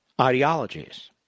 ideologies